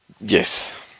Yes